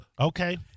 Okay